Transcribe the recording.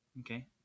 Okay